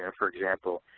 ah for example,